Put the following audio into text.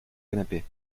canapé